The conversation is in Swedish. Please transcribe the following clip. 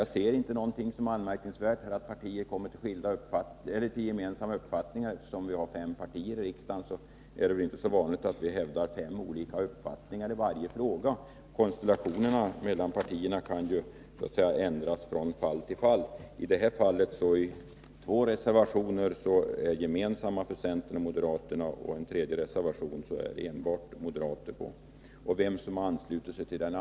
Jag ser inte något anmärkningsvärt i att partier kommer till gemensamma uppfattningar. Bara för att vi har fem partier i riksdagen är det väl inte så vanligt att vi hävdar fem olika uppfattningar i varje fråga. Konstellationerna mellan partierna kan ändras från fall till fall. Här är två reservationer gemensamma för centern och moderaterna — för en tredje reservation står enbart moderater. Det är inget att diskutera vem som anslutit sig till vem.